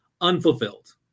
unfulfilled